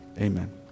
amen